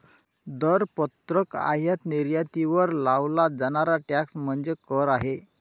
दरपत्रक आयात निर्यातीवर लावला जाणारा टॅक्स म्हणजे कर आहे